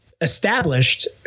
established